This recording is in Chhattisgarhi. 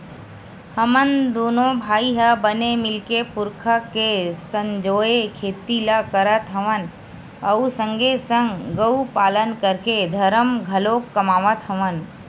हमन दूनो भाई ह बने मिलके पुरखा के संजोए खेती ल करत हवन अउ संगे संग गउ पालन करके धरम घलोक कमात हवन